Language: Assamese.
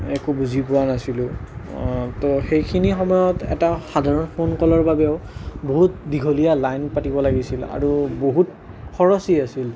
একো বুজি পোৱা নাছিলোঁ তো সেইখিনি সময়ত এটা সাধাৰণ ফোনকলৰ বাবেও বহুত দীঘলীয়া লাইন পাতিব লাগিছিল আৰু বহুত খৰচী আছিল